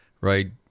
right